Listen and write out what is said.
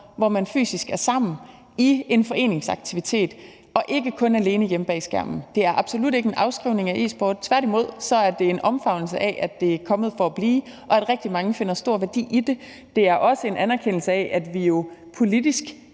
hvor man fysisk er sammen i en foreningsaktivitet og ikke kun er alene hjemme bag skærmen. Det er absolut ikke en afskrivning af e-sport, tværtimod er det en omfavnelse af, at det er kommet for at blive, og at rigtig mange finder stor værdi i det. Det er også en anerkendelse af det, at vi jo politisk